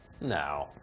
No